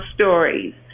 stories